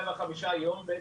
105 יום,